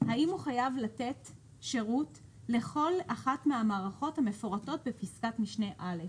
זה האם הוא חייב לתת שירות לכל אחת מהמערכות המפורטות בפסקת משנה (א),